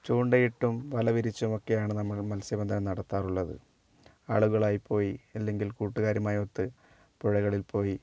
ചൂണ്ടയിട്ടും വലവിരിച്ചും ഒക്കെയാണ് നമ്മൾ മത്സ്യ ബന്ധനം നടത്താറുള്ളത് ആളുകളുമായി പോയി അല്ലെങ്കിൽ കൂട്ടുകാരുമൊത്ത് പുഴകളിൽ പോയി